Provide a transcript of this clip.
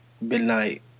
midnight